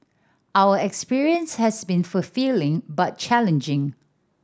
our experience has been fulfilling but challenging